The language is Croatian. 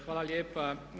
Hvala lijepa.